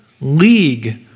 league